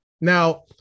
Now